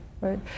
right